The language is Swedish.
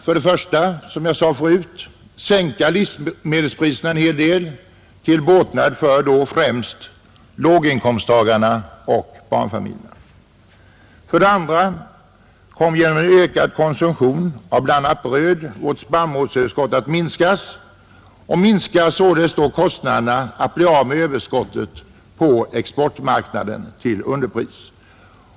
För det första kan vi, som jag sade förut, sänka livsmedelspriserna en hel del till båtnad för främst låginkomsttagarna och barnfamiljerna. För det andra kommer genom en ökad konsumtion av bl.a. bröd vårt spannmålsöverskott att minska, och således minskar kostnaderna för att bli av med överskottet på exportmarknaden till underpris.